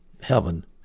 heaven